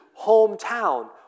hometown